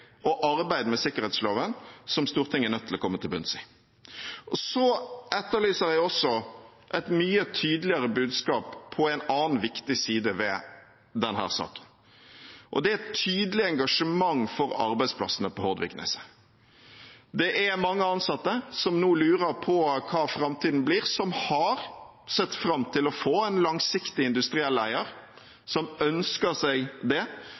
og arbeid med sikkerhetsloven som Stortinget er nødt til komme til bunns i. Så etterlyser jeg også et mye tydeligere budskap på en annen viktig side ved denne saken. Det er et tydelig engasjement for arbeidsplassene på Hordvikneset. Det er mange ansatte som nå lurer på hva framtiden blir, som har sett fram til å få en langsiktig industriell eier, som ønsker seg det.